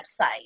website